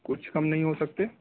کچھ کم نہیں ہو سکتے